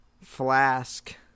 flask